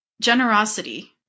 Generosity